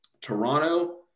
Toronto